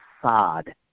facade